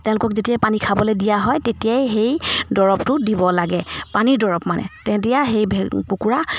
তেওঁলোকক যেতিয়াই পানী খাবলৈ দিয়া হয় তেতিয়াই সেই দৰৱটো দিব লাগে পানীৰ দৰৱ মানে তেতিয়া সেই কুকুৰা